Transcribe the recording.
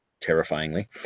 Terrifyingly